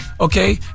Okay